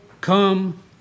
come